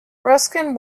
ruskin